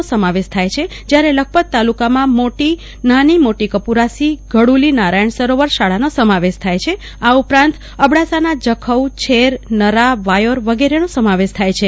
નો સમાવેશ થાય છે જ્યારે લખપત તાલુકા માં નાની મોટી કપુરાસી ઘડુલી નારાયણ સરોવર શાળાનો સમાવેશ થાય છે આ ઉપરાંત અબડાસાના જખો છેર નરા વાયોર વગેરેનો સમાવેશ થાય છે